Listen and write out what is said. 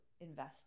invest